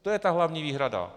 To je ta hlavní výhrada.